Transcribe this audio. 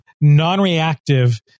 non-reactive